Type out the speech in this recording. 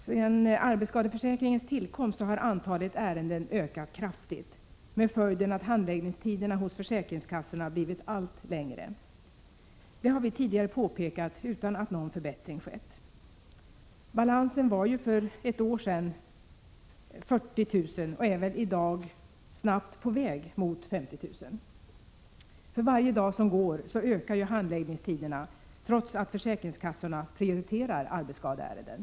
Sedan arbetsskadeförsäkringens tillkomst har antalet ärenden ökat kraftigt, vilket fått till följd att handläggningstiderna hos försäkringskassorna blivit allt längre. Detta har vi påpekat tidigare utan att någon förbättring skett. Balansen var för ett år sedan 40 000 ärenden och är väl i dag snabbt på väg mot 50 000. För varje dag som går ökar handläggningstiderna, trots att försäkringskassorna prioriterar arbetsskadeärendena.